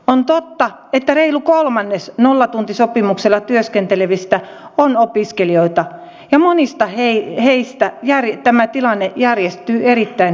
on totta että reilu kolmannes nollatuntisopimuksella työskentelevistä on opiskelijoita ja monille heistä tämä tilanne järjestyy erittäin hyvin